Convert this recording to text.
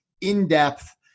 in-depth